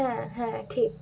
হ্যাঁ হ্যাঁ ঠিক